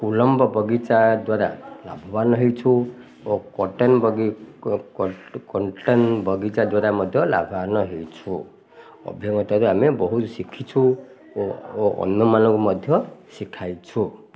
ବଗିଚା ଦ୍ୱାରା ଲାଭବାନ ହେଇଛୁ ଓ କଣ୍ଟେନ୍ ବଗିଚା ଦ୍ୱାରା ମଧ୍ୟ ଲାଭବାନ ହେଇଛୁ ଅଭିଜ୍ଞତାରୁ ଆମେ ବହୁତ ଶିଖିଛୁ ଓ ଓ ଅନ୍ୟମାନଙ୍କୁ ମଧ୍ୟ ଶିଖାଇଛୁ